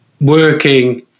working